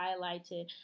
highlighted